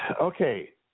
Okay